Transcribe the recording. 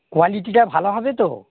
কোয়ালিটিটা ভালো হবে তো